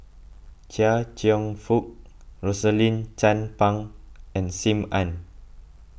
Chia Cheong Fook Rosaline Chan Pang and Sim Ann